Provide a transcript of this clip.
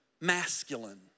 masculine